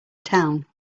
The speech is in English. town